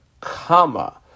comma